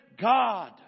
God